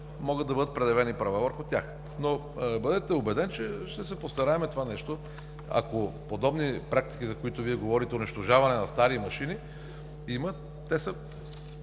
могат да бъдат предявени права върху тях. Бъдете убеден, че ще се постараем това нещо, ако подобни практики, за които Вие говорите – унищожаване на стари машини има, те са